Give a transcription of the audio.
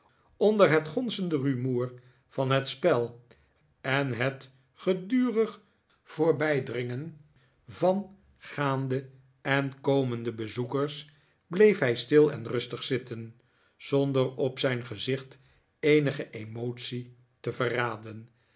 onder het gonzende rumoer van het spel en het gedurig voorbijdringen van gaande en komende bezoekers bleef hij stil en rustig zitten zonder op zijn gezicht eenige emotie te verraden